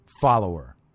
follower